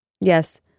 Yes